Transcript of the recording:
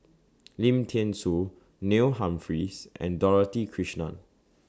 Lim Thean Soo Neil Humphreys and Dorothy Krishnan